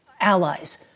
allies